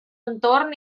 entorn